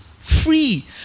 Free